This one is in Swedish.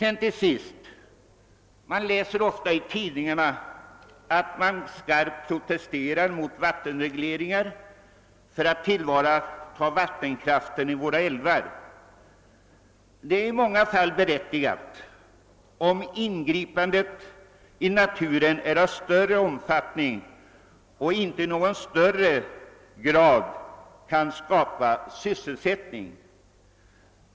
Vi läser ofta i tidningarna att man skarpt protesterar mot vattenregleringar som syftar till att tillvarata vattenkraften i våra älvar. Protesterna är berättigade, om ingripandet i naturen är av större omfattning och inte i någon högre grad skapar sysselsättning.